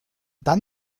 dann